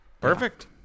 Perfect